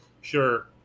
sure